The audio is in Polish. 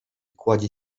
kładzie